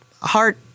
heart